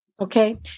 Okay